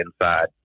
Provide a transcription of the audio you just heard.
inside